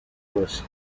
bwose